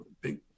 big